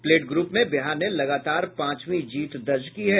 plate group में बिहार ने लगातार पांचवीं जीत दर्ज की है